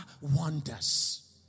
wonders